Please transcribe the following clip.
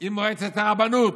עם מועצת הרבנות.